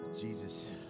Jesus